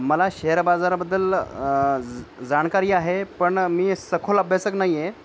मला शेअर बाजाराबद्दल जाणकारी आहे पण मी सखोल अभ्यासक नाही आहे